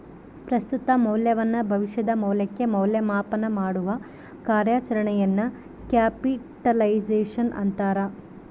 ಪ್ರಸ್ತುತ ಮೌಲ್ಯವನ್ನು ಭವಿಷ್ಯದ ಮೌಲ್ಯಕ್ಕೆ ಮೌಲ್ಯ ಮಾಪನಮಾಡುವ ಕಾರ್ಯಾಚರಣೆಯನ್ನು ಕ್ಯಾಪಿಟಲೈಸೇಶನ್ ಅಂತಾರ